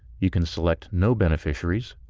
you can select no beneficiaries,